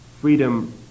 freedom